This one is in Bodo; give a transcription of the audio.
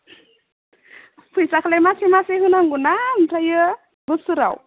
फैसाखौलाय मासै मासै होनांगौना ओमफ्रायो बोसोराव